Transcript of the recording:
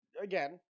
again